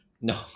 no